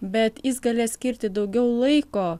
bet jis galės skirti daugiau laiko